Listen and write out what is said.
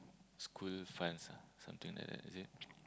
school funds ah something like that is it